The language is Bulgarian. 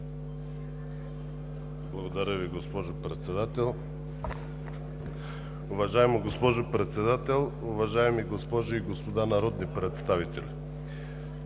Благодаря Ви, госпожо Председател. Уважаема госпожо Председател, уважаеми госпожи и господа народни представители!